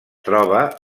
troba